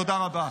תודה רבה.